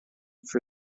for